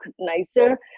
nicer